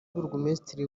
burugumesitiri